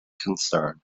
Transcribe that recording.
concern